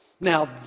Now